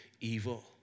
evil